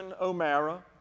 O'Mara